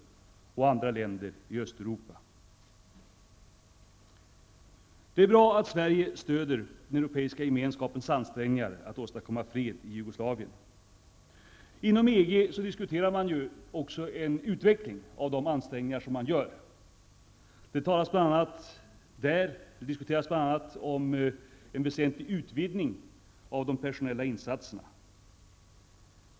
Det är bra att Sverige stödjer den europeiska gemenskapens ansträngningar att åstadkomma fred i Jugoslavien. Inom EG diskuterar man också en utveckling av de ansträngningar som görs. Det talas där bl.a. om en väsentlig utvidgning av de personella insatserna.